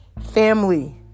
Family